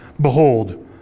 behold